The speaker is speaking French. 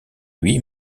lui